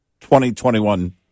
2021